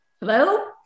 Hello